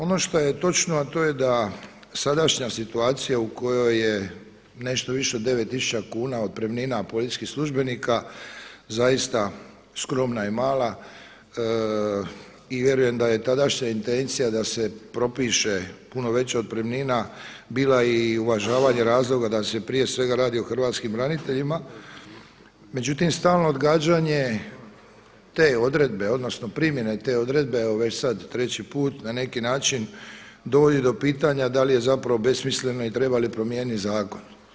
Ono što je točno, a to je da sadašnja situacija u kojoj je nešto više od devet tisuća kuna otpremnina policijskih službenika zaista skromna i mala i vjerujem da je tadašnja intencija da se propiše puno veća otpremnina bila i uvažavanje razloga da se prije svega radi o hrvatskim braniteljima, međutim stalno odgađane te odredbe odnosno primjene te odredbe evo već sada treći put na neki način dovodi do pitanja da li je zapravo besmisleno i treba li promijeniti zakon.